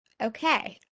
okay